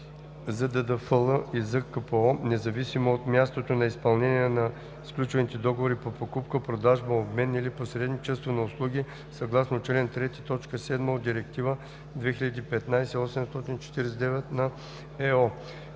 ЗДДФЛ и ЗКПО, независимо от мястото на изпълнение и сключване на договорите по покупка, продажба, обмен или посредничество на услуги съгласно чл. 3, т. 7 от Директива 2015/849 на ЕО;“.“